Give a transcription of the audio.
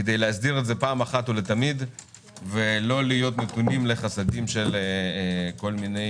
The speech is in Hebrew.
כדי להסדיר זאת פעם אחת ולתמיד ולא להיות נתונים לחסדים של כל מיני